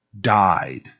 died